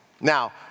Now